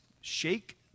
Shake